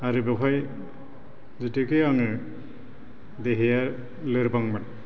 आरो बेवहाय जेथुखे आङो देहाया लोरबांमोन